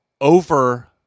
over